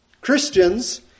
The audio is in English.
Christians